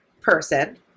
person